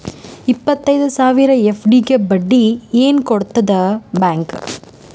ಇಪ್ಪತ್ತೈದು ಸಾವಿರ ಎಫ್.ಡಿ ಗೆ ಬಡ್ಡಿ ಏನ ಕೊಡತದ ಬ್ಯಾಂಕ್?